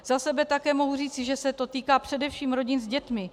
Za sebe také mohu říci, že se to týká především rodin s dětmi.